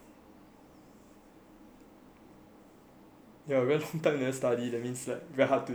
ya he went full time and then study that means like very hard to start studying again lah